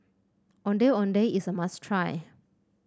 Ondeh Ondeh is a must try